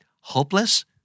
Hopeless